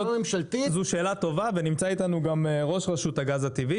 זו שאלה טובה ונמצא אתנו ראש רשות הגז הטבעי